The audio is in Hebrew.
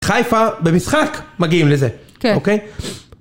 חיפה במשחק מגיעים לזה, אוקיי?